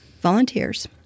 Volunteers